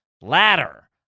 Ladder